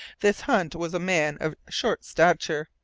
this hunt was a man of short stature,